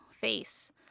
face